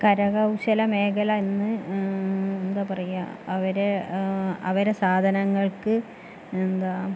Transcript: കരകൗശല മേഖല ഇന്ന് എന്താ പറയുക അവര് അവരുടെ സാധനങ്ങൾക്ക് എന്താ